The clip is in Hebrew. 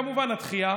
כמובן התחיה.